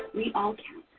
we all count,